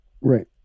Right